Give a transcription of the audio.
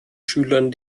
schülern